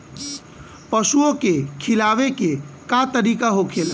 पशुओं के खिलावे के का तरीका होखेला?